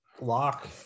lock